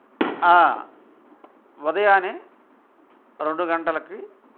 ఉదయాన్నే రెండు గంటలకి